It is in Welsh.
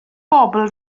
bobl